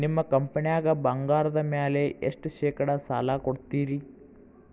ನಿಮ್ಮ ಕಂಪನ್ಯಾಗ ಬಂಗಾರದ ಮ್ಯಾಲೆ ಎಷ್ಟ ಶೇಕಡಾ ಸಾಲ ಕೊಡ್ತಿರಿ?